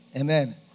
Amen